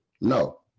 No